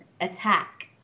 Attack